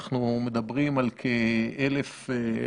אנחנו מדברים על כ-1,500.